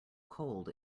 cold